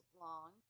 long